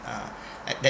ah at that